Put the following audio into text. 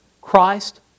Christ